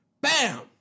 Bam